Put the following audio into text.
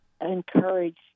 encourage